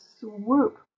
swoop